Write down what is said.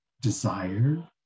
desire